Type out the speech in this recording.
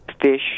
fish